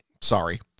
sorry